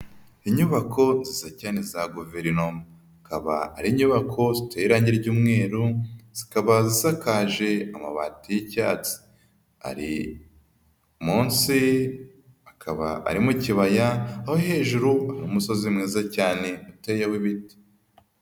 Inyubako nziza cyane za guverinoma, akaba ari inyubako ziteye irangi ry'umweru zikaba zisakaje amabati y'icyatsi, ari munsi akaba ari mu kibaya aho hejuru hari umusozi mwiza cyane uteyeho ibiti.